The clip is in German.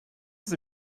sie